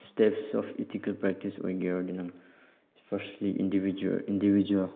steps of ethical practice ꯑꯣꯏꯒꯦ ꯍꯥꯏꯔꯗꯤ ꯅꯪ ꯐꯥꯔꯁꯂꯤ ꯏꯟꯗꯤꯚꯤꯖ꯭ꯋꯦꯜ